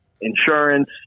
insurance